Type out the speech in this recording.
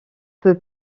peu